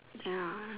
ya